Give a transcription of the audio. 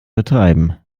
betreiben